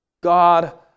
God